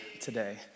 today